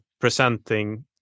Presenting